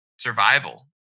survival